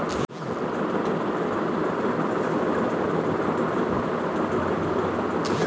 শস্য বলতে আপনি ঠিক কোন কোন ফসলের কথা মনে করতে পারেন?